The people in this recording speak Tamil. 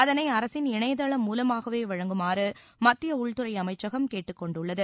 அதனை அரசின் இணையதளம் மூலமாகவே வழங்குமாறு மத்திய உள்துறை அமைச்சகம் கேட்டுக் கொண்டுள்ளது